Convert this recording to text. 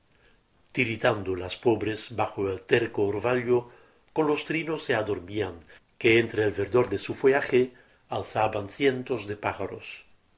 tiritando las pobres bajo el terco orvallo con los trinos se adormían que entre el verdor de su follaje alzaban cientos de pájaros